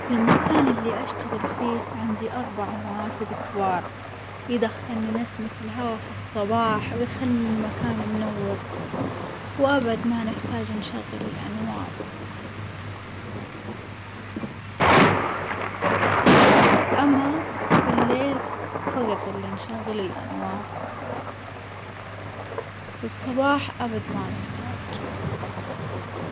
في المكان اللي أشتغل فيه في أربع نوافذ كبار يدخلن نسمة الهوا في الصباح ويخلي المكان منور وأبد ما نحتاج نشغل الأنوار، أما في الليل فجط اللي نشغل الأنوار، في الصباح أبد ما نحتاج.